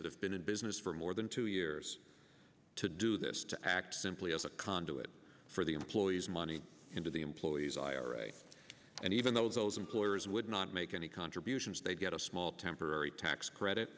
that have been in business for more than two years to do this to act simply as a conduit for the employees money into the employee's ira and even though those employers would not make any contributions they get a small temporary tax credit